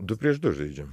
du prieš du žaidžiam